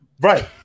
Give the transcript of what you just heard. Right